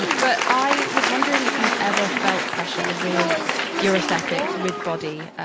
but i was wondering if you've ever felt pressure with your aesthetics, with body,